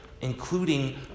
including